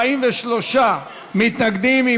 43 מתנגדים,